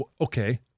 okay